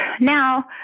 Now